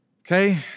Okay